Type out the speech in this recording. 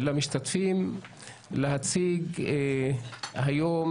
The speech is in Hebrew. למשתתפים להציג את החוק,